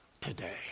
today